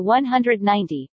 190